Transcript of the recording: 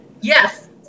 Yes